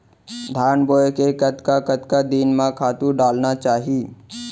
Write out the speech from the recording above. धान बोए के कतका कतका दिन म खातू डालना चाही?